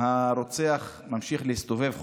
הרוצח ממשיך להסתובב חופשי,